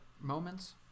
moments